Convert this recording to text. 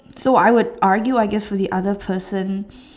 so I would argue I guess for the other person